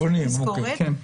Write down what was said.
תזכורת.